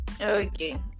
Okay